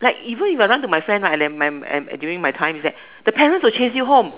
like even if I run to my friend right and and and during my time is that the parent will chase you home